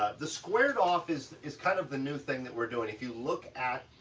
the squared off is, is kind of the new thing that we're doing. if you look at,